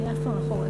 אני אף פעם לא חורגת.